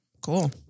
cool